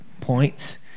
points